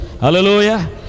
Hallelujah